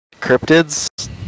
Cryptids